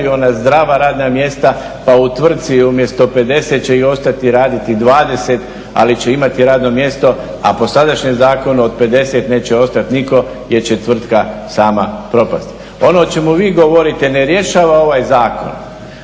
ona zdrava mjesta pa u tvrci umjesto 50 će ih ostati raditi 20 ali će imati radno mjesto a po sadašnjem Zakonu od 50 neće ostati nitko jer će tvrtka sama propasti. Ono o čemu vi govorite ne rješava ovaj Zakon,